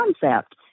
concept